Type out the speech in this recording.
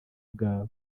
bwabo